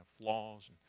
flaws